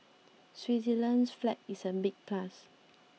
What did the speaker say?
Switzerland's flag is a big plus